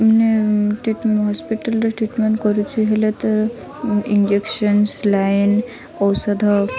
ମାନେ ଟି ହସ୍ପିଟାଲରେ ଟ୍ରିଟମେଣ୍ଟ କରୁଛି ହେଲେ ତ ଇଞ୍ଜେକ୍ସନ୍ସ୍ ସାଲାଇନ୍ ଔଷଧ